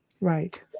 Right